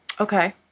Okay